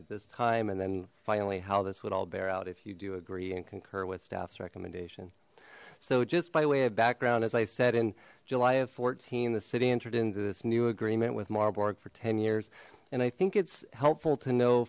at this time and then finally how this would all bear out if you do agree and concur with staffs recommendation so just by way of background as i said in july of fourteen the city entered into this new agreement with marburg for ten years and i think it's helpful to know